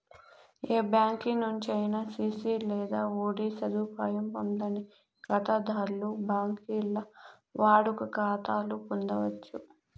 ఏ బ్యాంకి నుంచైనా సిసి లేదా ఓడీ సదుపాయం పొందని కాతాధర్లు బాంకీల్ల వాడుక కాతాలు పొందచ్చు